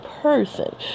person